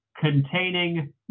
containing